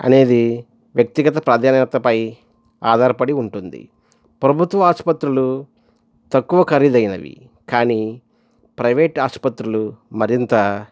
అనేది వ్యక్తిగత ప్రాధాన్యతపై ఆధారపడి ఉంటుంది ప్రభుత్వ ఆసుపత్రులు తక్కువ ఖరీదైనవి కానీ ప్రైవేటు ఆసుపత్రులు మరింత